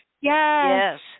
Yes